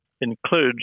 includes